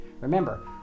remember